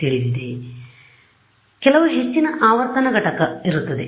ಆದ್ದರಿಂದ ಕೆಲವು ಹೆಚ್ಚಿನ ಆವರ್ತನ ಘಟಕ ಇರುತ್ತದೆ